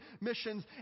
missions